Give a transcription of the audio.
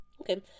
Okay